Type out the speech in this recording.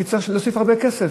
היא תצטרך להוסיף הרבה כסף,